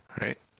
right